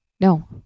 No